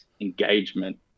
engagement